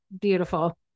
beautiful